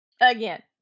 again